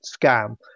scam